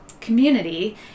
community